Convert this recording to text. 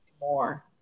more